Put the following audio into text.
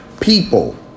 people